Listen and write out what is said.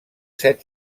set